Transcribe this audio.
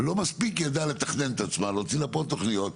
לא מספיק ידעה לתכנן את עצמה ולהוציא לפועל תוכניות.